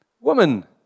Woman